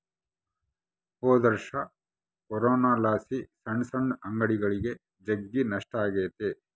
ಹೊದೊರ್ಷ ಕೊರೋನಲಾಸಿ ಸಣ್ ಸಣ್ ಅಂಗಡಿಗುಳಿಗೆ ಜಗ್ಗಿ ನಷ್ಟ ಆಗೆತೆ